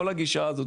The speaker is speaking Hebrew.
כל הגישה הזאת,